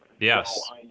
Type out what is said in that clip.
Yes